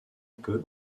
peut